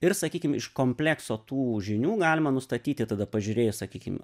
ir sakykim iš komplekso tų žinių galima nustatyti tada pažiūrėjus sakykim